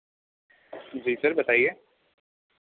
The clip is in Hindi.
जी सर बताइए